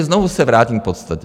Znovu se vrátím k podstatě.